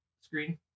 screen